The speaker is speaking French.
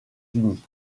unis